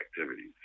activities